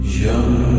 Young